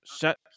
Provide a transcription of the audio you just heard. Shut